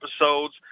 episodes